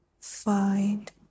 find